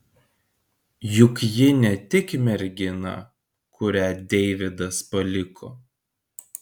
juk ji ne tik mergina kurią deividas paliko